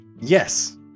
yes